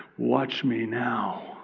watch me now.